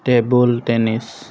table tennis